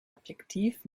objektiv